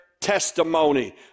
testimony